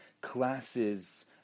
classes